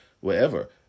wherever